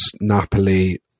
Napoli